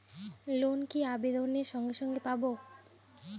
Loan কি আবেদনের সঙ্গে সঙ্গে পাব?